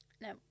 No